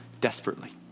desperately